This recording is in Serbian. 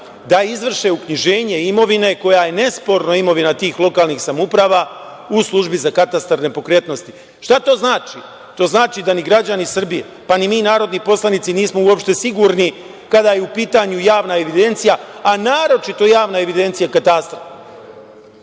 da izvrše uknjiženje imovine koja je nesporno imovina tih lokalnih samouprava u službi za Katastar nepokretnosti. Šta to znači? To znači da ni građani Srbije, pa ni mi narodni poslanici nismo uopšte sigurni kada je u pitanju javna evidencija, a naročito javna evidencija Katastra. Ako